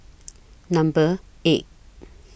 Number eight